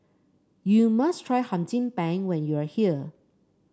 you must try Hum Chim Peng when you are here